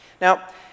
Now